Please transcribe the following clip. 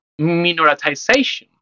minoritization